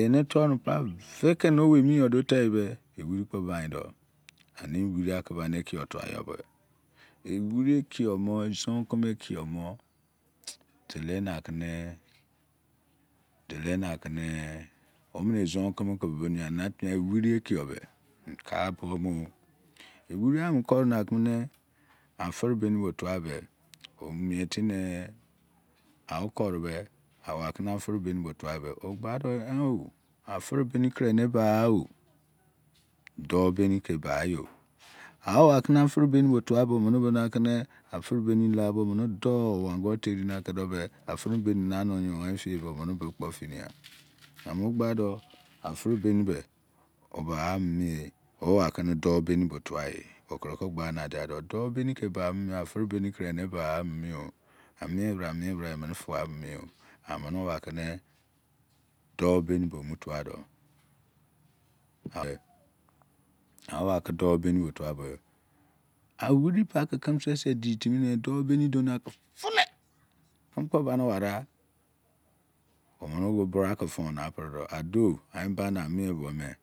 ene torumene pa vekene owemiyo duo seri embe emiri kpo baindo ani ewii akene ekiyoi wa yobe emiri ekiyomo ezonkeme ekiyomo dolena kene dolen akene omene ezenkeme kebe beni anatimi emiri eki yobe kabuomo emiri amu kori ma kumo ariebeni botuabe omietimine ah okoribe avai akene adrebeni botuabe ogba ni oun oun oh! Atrebeni kuro neba qha o dobeni kebayo ah omakene adrebeni botua be onene bonake ami ango be teri nake dou adribeni be nane oyonmi gha be amene qbado adribeni be obagha minimiye owake dou beni ko tuaye okreke qbanadia do dou beni ke ebaminimi adrebeni kuroeba gheminimio amiebra miebra emene lugha minimi o amene owakene dou beni bo mu tua do ah owakemu dou beni bo tua be amir pake keme sese ditimine dou beni duo na kumu duleh keme kpo bani owari gha man omei bra ke lunapre do ado ah embam amie buo me